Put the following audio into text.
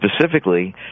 specifically